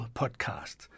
podcast